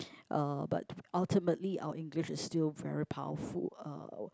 uh but ultimately our English is still very powerful uh